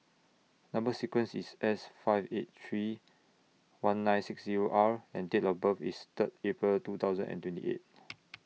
Number sequence IS S five eight three one nine six Zero R and Date of birth IS Third April two thousand and twenty eight